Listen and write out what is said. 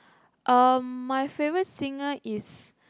um my favourite singer is